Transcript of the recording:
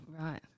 Right